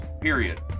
period